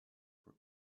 for